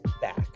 back